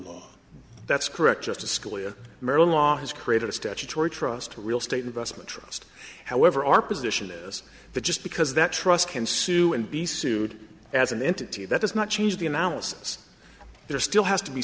law that's correct justice scalia has created a statutory trust a real estate investment trust however our position is that just because that trust can sue and be sued as an entity that does not change the analysis there still has to be